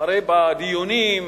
נתפס בציבור.